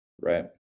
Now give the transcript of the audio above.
Right